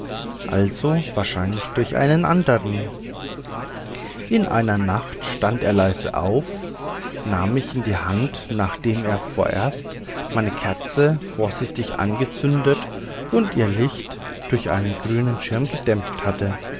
also wahrscheinlich durch einen andern in einer nacht stand er leise auf nahm mich in die hand nachdem er vorerst meine kerze vorsichtig angezündet und ihr licht durch einen grünen schirm gedämpft hatte